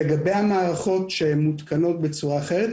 לגבי המערכות שמותקנות בצורה אחרת,